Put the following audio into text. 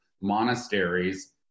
monasteries